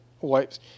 wipes